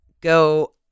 go